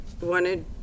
wanted